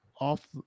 off